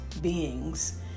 beings